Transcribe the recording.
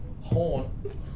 horn